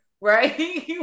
Right